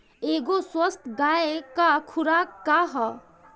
एगो स्वस्थ गाय क खुराक का ह?